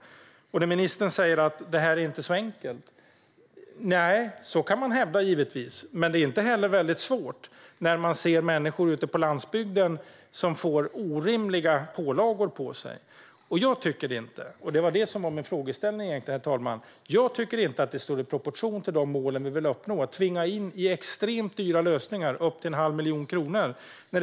Ministern säger att detta inte är så enkelt. Nej, det kan man givetvis hävda, men det är inte heller särskilt svårt när man ser människor ute på landsbygden som får orimliga pålagor. Jag tycker inte - och det var egentligen det som var min frågeställning, herr talman - att det står i proportion till de mål vi vill uppnå att tvinga in människor i extremt dyra lösningar på upp till en halv miljon kronor.